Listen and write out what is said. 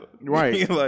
Right